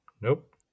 Nope